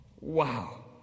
Wow